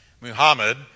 Muhammad